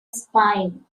spine